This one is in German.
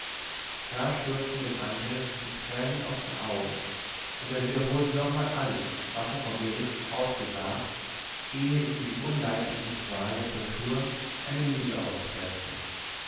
da stürzten dem andres die tränen aus den augen und er wiederholte nochmals alles was er vor gericht ausgesagt ehe ihm die unleidliche qual der tortur eine lüge auspreßte